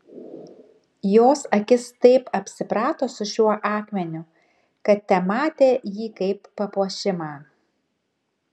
jos akis taip apsiprato su šiuo akmeniu kad tematė jį kaip papuošimą